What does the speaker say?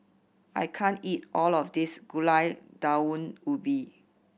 I can't eat all of this Gulai Daun Ubi